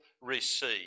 receive